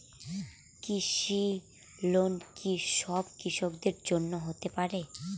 কৃষি লোন কি সব কৃষকদের জন্য হতে পারে?